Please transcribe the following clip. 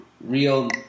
Real